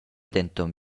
denton